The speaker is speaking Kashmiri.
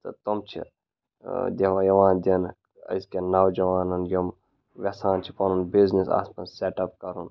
تہٕ تم چھِ دِوان یِوان دِنہٕ أزکٮ۪ن نوجوانَن یِم یژھان چھِ پَنُن بِزنِس اَتھ منٛز سٮ۪ٹ اَپ کَرُن